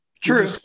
True